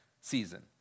season